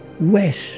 west